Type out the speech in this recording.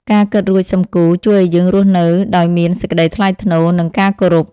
ការ «គិតរួច សឹមគូរ» ជួយឱ្យយើងរស់នៅដោយមានសេចក្ដីថ្លៃថ្នូរ និងការគោរព។